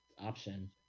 option